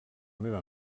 meva